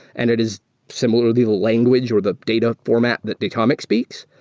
and it is similarly language or the data format that datomic speaks.